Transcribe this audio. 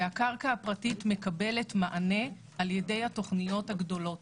הקרקע הפרטית מקבלת מענה על ידי התוכניות הגדולות,